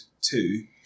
two